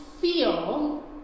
feel